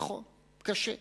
נכון, קשה.